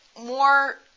more